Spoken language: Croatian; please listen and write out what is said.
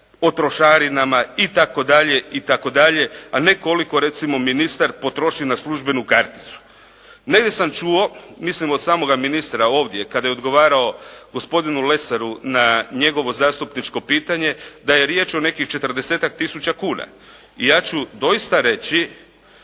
o trošarinama itd., a ne koliko recimo ministar potroši na službenu karticu. Negdje sam čuo, mislim od samoga ministra ovdje kada je odgovarao gospodinu Lesaru na njegovo zastupničko pitanje, da je riječ o nekih četrdesetak tisuća kuna. I ja ću doista reći,